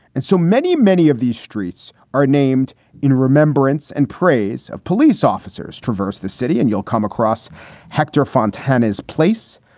and so many, many of these streets are named in remembrance and praise of police officers. traverse the city and you'll come across hector fontana's place.